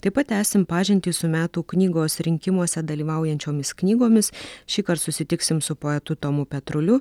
taip pat tęsim pažintį su metų knygos rinkimuose dalyvaujančiomis knygomis šįkart susitiksim su poetu tomu petruliu